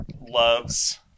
loves